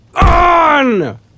on